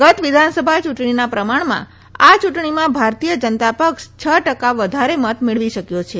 ગત વિધાનસભા ચૂંટણીના પ્રમાણમાં આ ચૂંટણીમાં ભારતીય જનતા પક્ષ છ ટકા વધારે મત મેળવી શક્યો છે